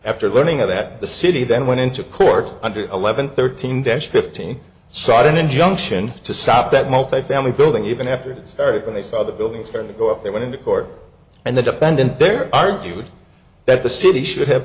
after learning of that the city then went into court under eleven thirteen deaths fifteen sought an injunction to stop that multifamily building even after it started when they saw the buildings very go up they went into court and the defendant there argued that the city should have